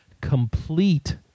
complete